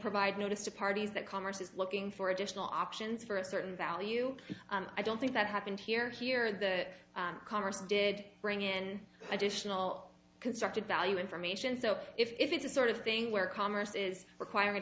provide notice to parties that congress is looking for additional options for a certain value i don't think that happened here here the congress did bring in additional constructive value information so if it's a sort of thing where commerce is required